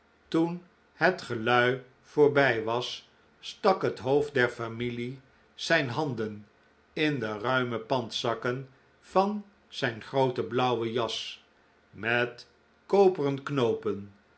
toen het gelui voorbij was stak het hoofd der familie zijn handen in de ruime pandzakken van zijn groote blauwe jas met koperen knoopen